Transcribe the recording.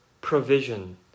provision